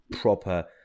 proper